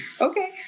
Okay